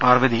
Parvathi